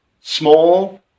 small